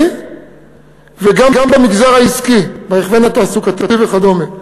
וגם במגזר העסקי בהכוון התעסוקתי וכדומה.